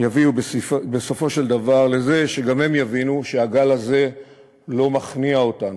יביאו בסופו של דבר לזה שגם הם יבינו שהגל הזה לא מכניע אותנו,